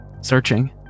searching